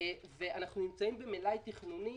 אנחנו נמצאים במלאי תכנוני